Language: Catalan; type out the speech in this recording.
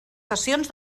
sessions